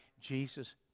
Jesus